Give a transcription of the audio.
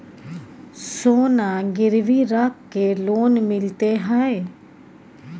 सोना गिरवी रख के लोन मिलते है?